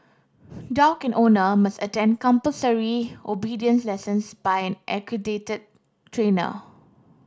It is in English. dog and owner must attend compulsory obedience lessons by an accredited trainer